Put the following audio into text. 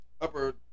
upper